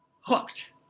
hooked